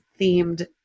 themed